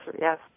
Yes